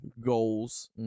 goals